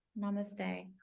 namaste